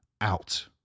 out